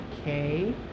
okay